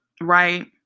right